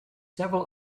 several